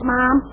Mom